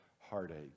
heartache